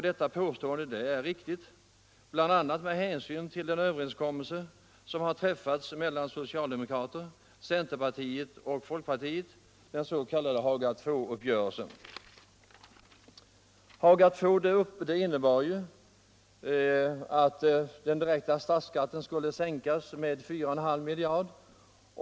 Detta påstående är riktigt, och den ifrågavarande höjningen är ett resultat av en överenskommelse som träffats mellan socialdemokraterna, centerpartiet och folkpartiet i den s.k. Haga II-uppgörelsen. Denna uppgörelse innebar att den direkta statsskatten skulle sänkas med 4,5 miljarder.